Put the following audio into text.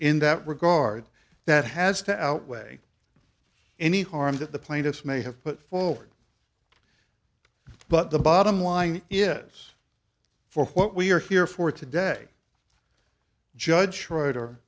in that regard that has to outweigh any harm that the plaintiffs may have put forward but the bottom line is for what we are here for today judge schroeder